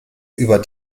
über